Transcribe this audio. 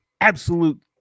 Absolute